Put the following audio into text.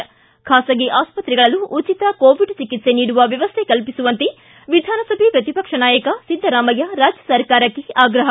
ು ಖಾಸಗಿ ಆಸ್ಪತ್ರೆಗಳಲ್ಲೂ ಉಚಿತ ಕೋವಿಡ್ ಚಿಕಿತ್ಸೆ ನೀಡುವ ವ್ಯವಸ್ಥ ಕಲ್ಪಿಸುವಂತೆ ವಿಧಾನಸಭೆ ಪ್ರತಿಪಕ್ಷ ನಾಯಕ ಸಿದ್ದರಾಮಯ್ಯ ರಾಜ್ಯ ಸರ್ಕಾರಕ್ಕೆ ಆಗ್ರಹ